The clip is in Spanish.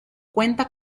cuenta